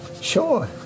Sure